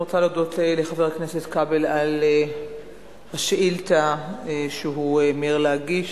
אני רוצה להודות לחבר הכנסת כבל על השאילתא שהוא מיהר להגיש,